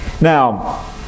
Now